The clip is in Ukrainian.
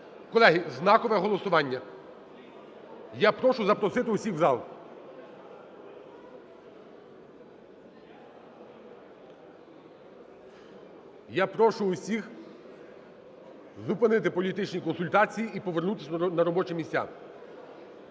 Колеги, знакове голосування, я прошу запросити всіх у зал. Я прошу всіх зупинити політичні консультації і повернутися на робочі місця.